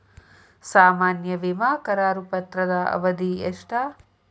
ಸಾಮಾನ್ಯ ವಿಮಾ ಕರಾರು ಪತ್ರದ ಅವಧಿ ಎಷ್ಟ?